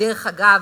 ודרך אגב,